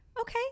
okay